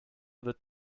wird